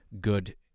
good